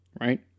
right